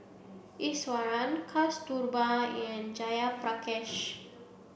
Iswaran Kasturba and Jayaprakash